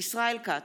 ישראל כץ,